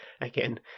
Again